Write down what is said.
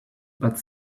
but